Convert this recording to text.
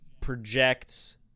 projects